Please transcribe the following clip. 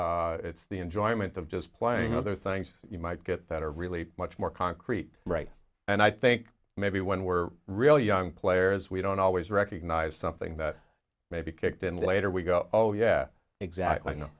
oh it's the enjoyment of just playing other things you might get that are really much more concrete right and i think maybe when we're real young players we don't always recognize something that maybe kicked in later we go oh yeah exactly no